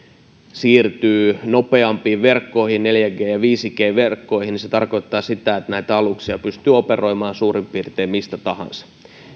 siirtyy nopeampiin verkkoihin neljä g ja ja viisi g verkkoihin niin se tarkoittaa sitä että näitä aluksia pystyy operoimaan suurin piirtein mistä tahansa